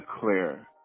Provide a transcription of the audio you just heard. clear